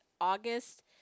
August